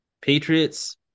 Patriots